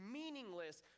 meaningless